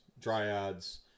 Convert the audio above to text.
dryads